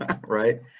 Right